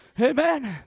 Amen